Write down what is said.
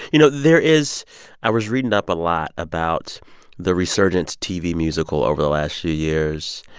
you know, there is i was reading up a lot about the resurgent tv musical over the last few years.